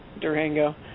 Durango